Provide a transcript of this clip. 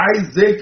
Isaac